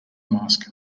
mask